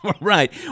Right